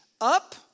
up